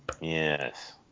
Yes